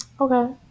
Okay